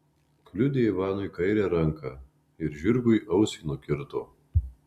kliudė ivanui kairę ranką ir žirgui ausį nukirto